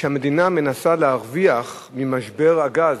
שהמדינה מנסה להרוויח ממשבר הגז,